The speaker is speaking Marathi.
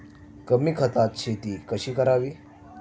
कमी खतात शेती कशी करावी?